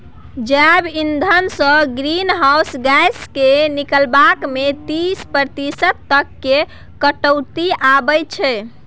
जैब इंधनसँ greenhouse gas केर निकलब मे तीस प्रतिशत तक केर कटौती आबय छै